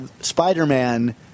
Spider-Man